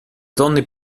donne